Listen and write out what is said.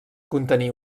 contenir